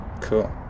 Cool